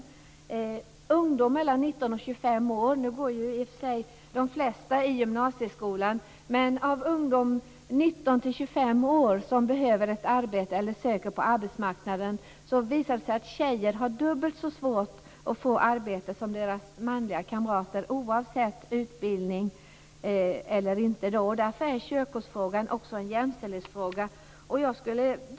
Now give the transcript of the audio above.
Av ungdomar mellan 19 och 25 år - nu går de flesta i gymnasieskolan - som behöver ett arbete eller söker arbete på arbetsmarknaden har tjejerna dubbelt så svårt att få arbete som deras manliga kamrater, oavsett utbildning eller inte. Därför är körkortsfrågan också en jämställdhetsfråga.